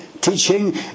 teaching